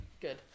good